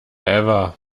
ever